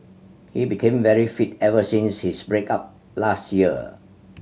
he became very fit ever since his break up last year